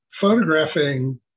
photographing